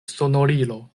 sonorilo